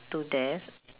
to death